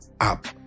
up